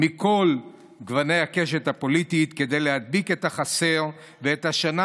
מכל גוני הקשת הפוליטית כדי להדביק את החסר ואת השנה